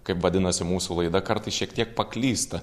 kaip vadinasi mūsų laida kartais šiek tiek paklysta